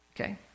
okay